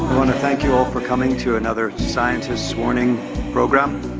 want to thank you all for coming to another scientistswarning program.